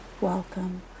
welcome